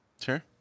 Sure